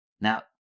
Now